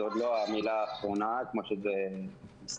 זה עוד לא המלה האחרונה כמו שזה מסתמן.